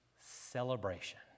celebration